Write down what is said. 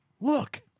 Look